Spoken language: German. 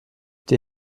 die